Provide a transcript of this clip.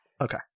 Okay